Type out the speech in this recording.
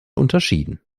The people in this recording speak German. unterschieden